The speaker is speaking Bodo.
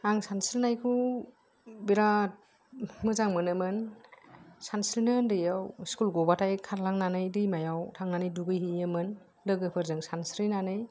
आं सानस्रिनायखौ बिरात मोजां मोनोमोन सानस्रिनो उन्दैआव स्कुल गबाथाय खारलांनानै दैमायाव थांनानै दुगैहैयोमोन लोगोफोरजों सानस्रिनानै